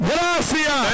Gracias